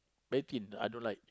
very thin I don't like